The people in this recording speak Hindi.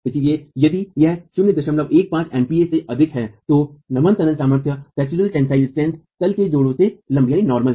इसलिए यदि यह 015 MPa से अधिक है तो नमन तनन सामर्थ्य तल के जोड़ों से लम्ब है